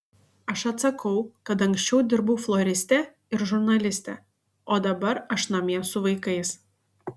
aš atsakau kad anksčiau dirbau floriste ir žurnaliste o dabar aš namie su vaikais